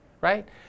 Right